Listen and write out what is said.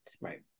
Right